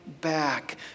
back